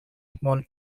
small